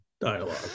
dialogue